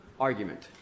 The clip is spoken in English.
argument